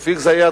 תופיק זיאד,